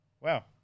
wow